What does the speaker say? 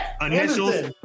initials